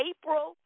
April